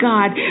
God